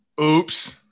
Oops